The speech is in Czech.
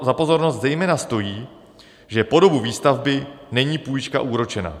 Za pozornost zejména stojí, že po dobu výstavby není půjčka úročena.